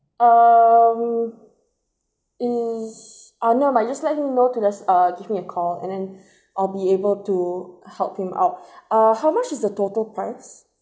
um is uh never mind just let him know to this uh give me a call and then I'll be able to help him out uh how much is the total price